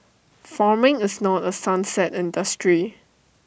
farming is not A sunset industry